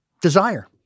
desire